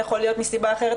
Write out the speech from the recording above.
יכול להיות מסיבה אחרת.